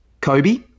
Kobe